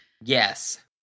Yes